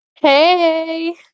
Hey